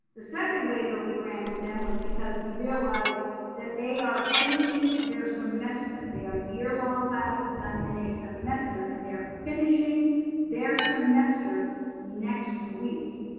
the second waiver we granted them was because we realized that they are finishing their semester. they are year long classes done in a semester and they're finishing their semester next week.